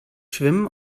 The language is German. schwimmen